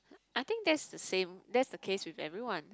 I think that's the same that's the case with everyone